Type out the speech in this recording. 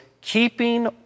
keeping